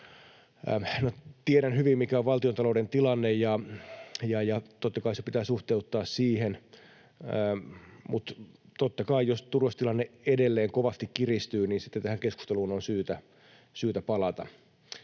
tiedän hyvin, mikä on valtiontalouden tilanne, ja totta kai se pitää suhteuttaa siihen, mutta totta kai, jos turvallisuustilanne edelleen kovasti kiristyy, niin sitten tähän keskusteluun on syytä palata.